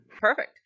Perfect